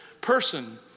person